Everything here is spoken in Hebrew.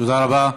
תודה רבה.